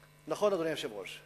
נכון, אדוני היושב-ראש?